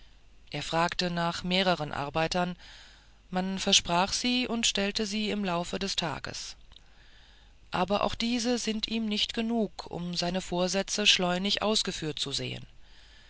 er fragte nach mehreren arbeitern man versprach sie und stellte sie im laufe des tages aber auch diese sind ihm nicht genug um seine vorsätze schleunig ausgeführt zu sehen